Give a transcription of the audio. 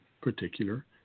particular